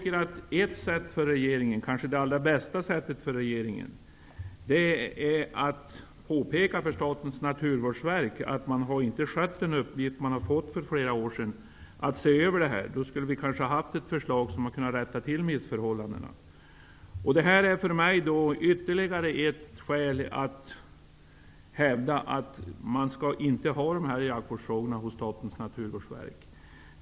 Ett sätt -- det kanske allra bästa sättet -- för regeringen att göra det är att påpeka för Statens naturvårdsverk att man inte har skött den uppgift som man fick för flera år sedan, att se över lagen. Då skulle vi kanske nu ha haft ett förslag som hade kunnat rätta till missförhållandena. Det här är för mig ytterligare ett skäl att hävda att jaktvårdsfrågorna inte skall ligga hos Statens naturvårdsverk.